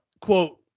quote